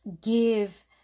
give